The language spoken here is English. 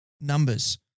numbers